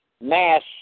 mass